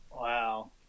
Wow